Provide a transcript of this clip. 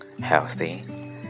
healthy